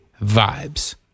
vibes